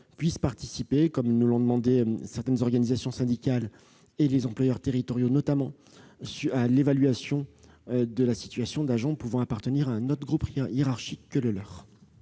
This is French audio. d'agents participent, comme nous l'ont demandé certaines organisations syndicales et les employeurs territoriaux notamment, à l'évaluation de la situation d'agents pouvant appartenir à un autre groupe hiérarchique que le leur.